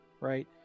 right